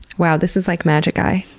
wow! this is like magic eye.